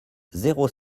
zéro